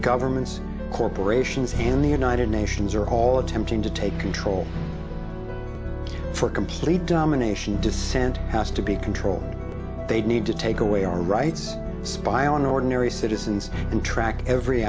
governments corporations in the united nations are all attempting to take control for complete domination dissent has to be controlled they need to take away our rights spy on ordinary citizens and track every